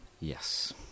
Yes